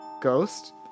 ghost